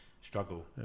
struggle